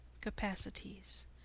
capacities